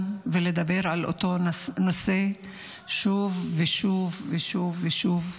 ולדבר על אותו נושא שוב ושוב ושוב,